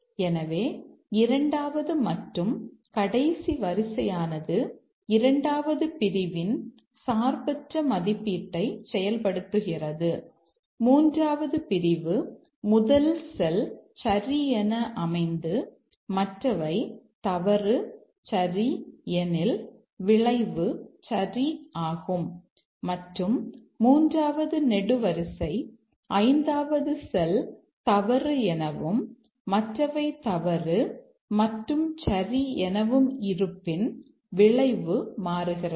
எனவே இரண்டாவது மற்றும் கடைசி வரிசையானது இரண்டாவது பிரிவின் சார்பற்ற மதிப்பீட்டை செயல்படுத்துகிறது மூன்றாவது பிரிவு முதல் செல் சரி என அமைந்து மற்றவை தவறு சரி எனில் விளைவு சரி ஆகும் மற்றும் மூன்றாவது நெடுவரிசை ஐந்தாவது செல் தவறு எனவும் மற்றவை தவறு மற்றும் சரி எனவும் இருப்பின் விளைவு மாறுகிறது